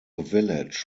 village